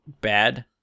bad